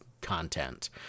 content